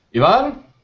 Ivan